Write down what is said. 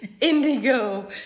indigo